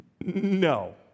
No